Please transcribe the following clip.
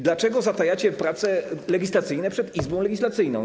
Dlaczego zatajacie prace legislacyjne przed Izbą legislacyjną?